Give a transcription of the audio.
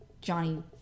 Johnny